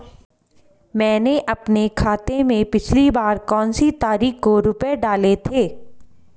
मैंने अपने खाते में पिछली बार कौनसी तारीख को रुपये डाले थे?